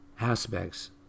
aspects